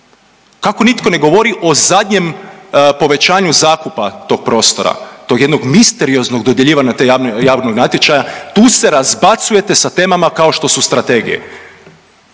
Kako nitko ne govori o zadnjem povećanju zakupa tog prostora, tog jednog misterioznog dodjeljivanja tog javnog natječaja. Tu se razbacujete sa temama kao što su strategije.